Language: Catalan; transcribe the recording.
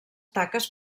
taques